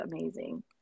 amazing